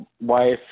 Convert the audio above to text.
wife